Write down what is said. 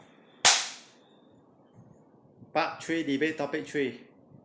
part three debate topic three